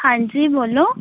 ਹਾਂਜੀ ਬੋਲੋ